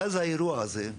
מאז האירוע הזה,